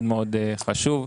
זה מאוד חשוב.